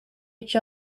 each